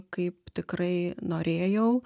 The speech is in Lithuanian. kaip tikrai norėjau